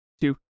two